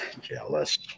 jealous